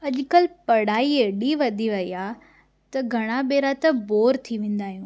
अॼुकल्ह पढ़ाई एॾी वधी वई आहे त घणा भेरा त बोर थी वेंदा आहियूं